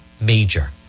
major